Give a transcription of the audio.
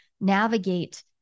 navigate